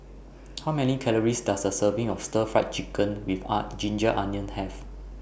How Many Calories Does A Serving of Stir Fry Chicken with A Ginger Onions Have